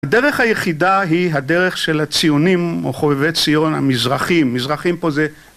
הדרך היחידה היא הדרך של הציונים, או חובבי ציון, המזרחים, מזרחים פה זה...